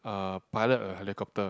uh pilot a helicopter